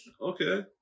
Okay